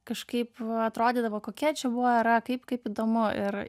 kažkaip atrodydavo kokia čia buvo era kaip kaip įdomu ir